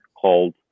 called